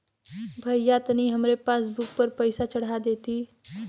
भईया तनि हमरे पासबुक पर पैसा चढ़ा देती